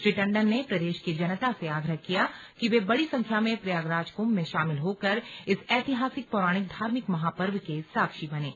श्री टंडन ने प्रदेश की जनता से आग्रह किया कि वे बड़ी संख्या में प्रयागराज कुंभ में शामिल होकर इस ऐतिहासिक पौराणिक धार्मिक महापर्व के साक्षी बनें